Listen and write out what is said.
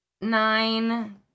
nine